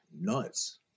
nuts